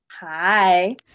Hi